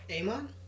Amon